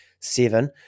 seven